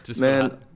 Man